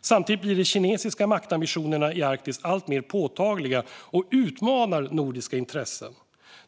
Samtidigt blir de kinesiska maktambitionerna i Arktis alltmer påtagliga och utmanar nordiska intressen.